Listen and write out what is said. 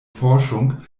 forschung